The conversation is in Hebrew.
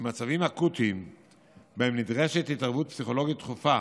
במצבים אקוטיים שבהם נדרשת התערבות פסיכולוגית דחופה